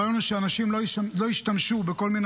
הרעיון הוא שאנשים לא ישתמשו בכל מיני